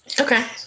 Okay